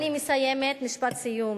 אני מסיימת, משפט סיום.